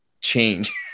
change